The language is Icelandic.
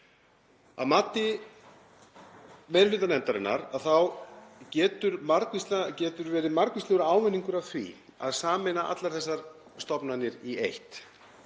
Að mati meiri hluta nefndarinnar getur verið margvíslegur ávinningur af því að sameina allar þessar stofnanir í eitt.